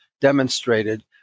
demonstrated